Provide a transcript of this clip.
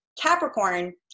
Capricorn